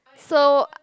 so